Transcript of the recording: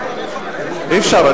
אי-אפשר,